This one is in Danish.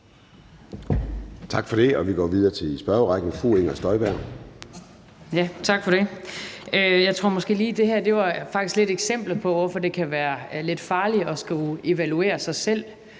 Tak for det. Og vi går videre i spørgerrækken til fru Inger Støjberg. Kl. 09:16 Inger Støjberg (DD): Tak for det. Jeg tror måske, at lige det her faktisk lidt var et eksempel på, hvorfor det kan være lidt farligt at skulle evaluere sig selv.